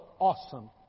awesome